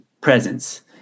presence